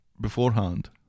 beforehand